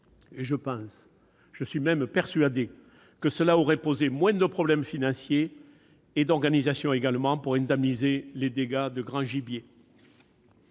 Je pense, je suis même persuadé, que cela aurait posé moins de problèmes financiers et d'organisation pour indemniser les dégâts de grand gibier.